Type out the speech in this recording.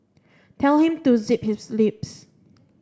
tell him to zip his lips